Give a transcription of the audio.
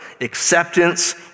acceptance